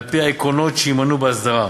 על-פי העקרונות שיימנו בהסדרה.